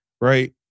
right